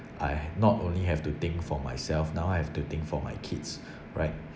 I not only have to think for myself now I have to think for my kids right